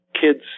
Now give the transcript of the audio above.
kids